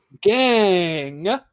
gang